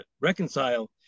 reconcile